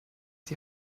die